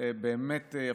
באמת יפה.